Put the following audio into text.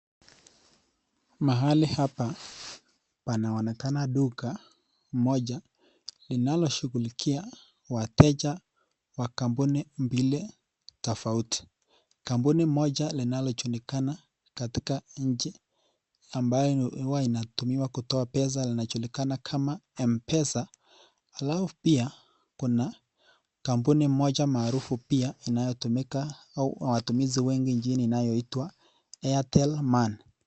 Mahali hapa panaonekana duka moja linaloshughulikia wateja wa kambuni mbili tofauti, kambuni moja linalojulikana katika nchi ambayo huwa inatumiwa kutoa pesa inajulikana kama mpesa alafu pia kuna kambuni moja maarufu pia inayotumika au watumizi wengi nchini inayoitwa Airtel money.